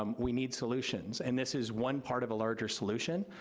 um we need solutions and this is one part of a larger solution.